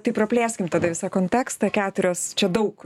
tai praplėskim tada visą kontekstą keturios čia daug